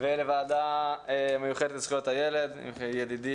ולוועדה המיוחדת לזכויות הילד ולידידי